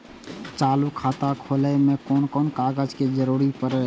चालु खाता खोलय में कोन कोन कागज के जरूरी परैय?